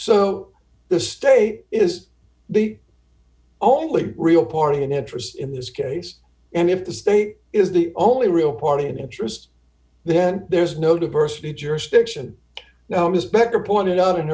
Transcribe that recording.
so the state is the only real party in interest in this case and if the state is the only real party in interest then there's no diversity jurisdiction now as beck are pointed out in